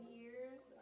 years